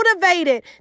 motivated